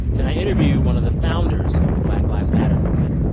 and i interview one of the founders of the black lives matter movement.